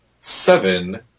seven